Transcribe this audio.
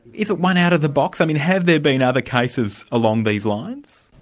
is it one out of the box? i mean have there been other cases along these lines?